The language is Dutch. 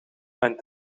mijn